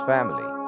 Family